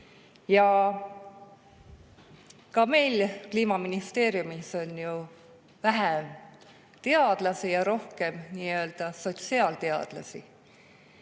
Ka meie Kliimaministeeriumis on ju vähem teadlasi ja rohkem nii-öelda sotsiaalteadlasi.